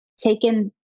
taken